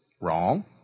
Wrong